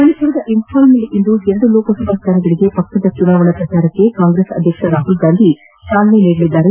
ಮಣಿಮರದ ಇಂಘಾಲ್ನಲ್ಲಿಂದು ಎರಡು ಲೋಕಸಭಾ ಸ್ಥಾನಗಳಿಗೆ ಪಕ್ಷದ ಚುನಾವಣಾ ಪ್ರಚಾರಕ್ಕೆ ಕಾಂಗ್ರೆಸ್ ಅಧ್ಯಕ್ಷ ರಾಹುಲ್ಗಾಂಧಿ ಚಾಲನೆ ನೀಡಲಿದ್ದಾರೆ